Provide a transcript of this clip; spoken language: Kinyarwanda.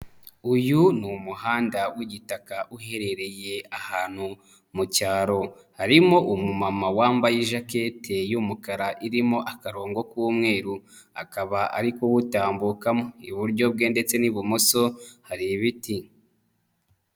Uyu ni umuhanda w'igitaka uherereye ahantu mu cyaro. Harimo umumama wambaye ijakete y'umukara irimo akarongo k'umweru, akaba ari kuwutambukamo. Iburyo bwe ndetse n'ibumoso hari ibiti.